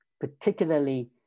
particularly